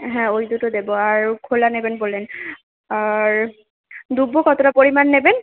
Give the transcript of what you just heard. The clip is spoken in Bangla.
হ্যাঁ ওই দুটো দেবো আর খোলা নেবেন বললেন আর দুব্বো কতটা পরিমাণ নেবেন